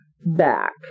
...back